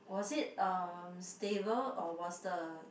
was it um stable or was the